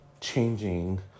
changing